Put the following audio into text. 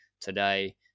today